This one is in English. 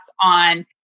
on